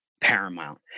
paramount